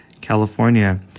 California